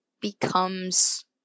becomes